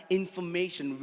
information